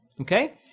Okay